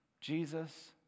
Jesus